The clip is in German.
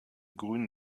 grün